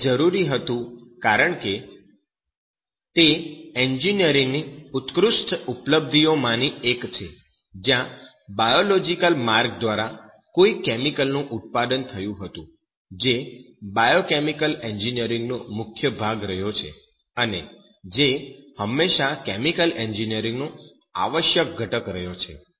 તે જરૂરી હતું કારણ કે તે એન્જિનિયરિંગની ઉત્કૃષ્ટ ઉપલબ્ધિઓ માંની એક છે જ્યાં બાયોલોજિકલ માર્ગ દ્વારા કોઈ કેમિકલનું ઉત્પાદન થયું હતું જે બાયોકેમિકલ એન્જિનિયરિંગનો મુખ્ય ભાગ રહ્યો છે અને જે હંમેશા કેમિકલ એન્જિનિયરીંગનો આવશ્યક ઘટક રહ્યો છે